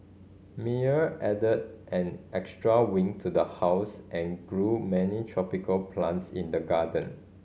Meyer added an extra wing to the house and grew many tropical plants in the garden